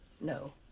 No